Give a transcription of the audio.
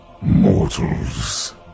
Mortals